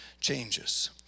changes